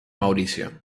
mauricio